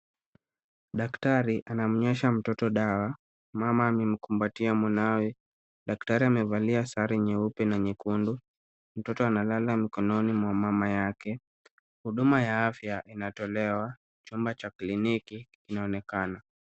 Daktari anamnywesha mtoto dawa. Mama amemkumbatia mwanawe. Daktari amevalia sare nyeupe na nyekundu. Mtoto analala mikononi mwa mama yake. Huduma ya afya inatolewa. Chumba cha kliniki inaonekana.